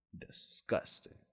Disgusting